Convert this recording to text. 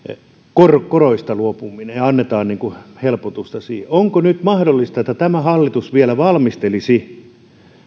koroista luopuminen ja annetaan helpotusta siihen onko nyt mahdollista että tämä hallitus vielä valmistelisi